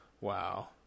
Wow